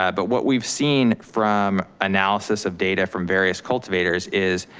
yeah but what we've seen from analysis of data from various cultivators is,